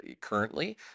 currently